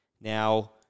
Now